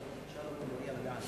ההצעה להעביר את הנושא